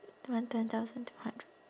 twen~ ten thousand two hundred